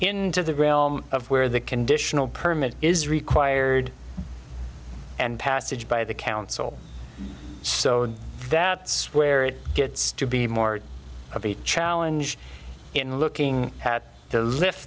into the realm of where the conditional permit is required and passage by the council so that's where it gets to be more of a challenge in looking at the li